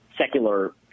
Secular